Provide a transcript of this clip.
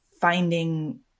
finding